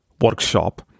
workshop